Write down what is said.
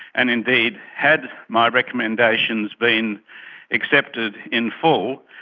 and indeed had my recommendations been accepted in full,